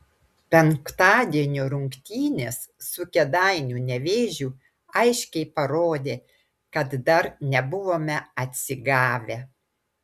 penktadienio rungtynės su kėdainių nevėžiu aiškiai parodė kad dar nebuvome atsigavę